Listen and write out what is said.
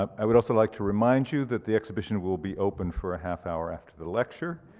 um i would also like to remind you that the exhibition will be open for a half hour after the lecture,